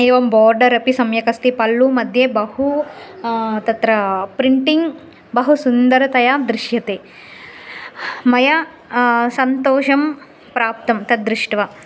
एवं बार्डर् अपि सम्यक् अस्ति पल्लु मद्ये बहु तत्र प्रिन्टिङ्ग् बहु सुन्दरतया दृश्यते मया सन्तोषं प्राप्तं तद्दृष्ट्वा